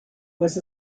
was